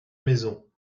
maisons